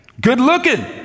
good-looking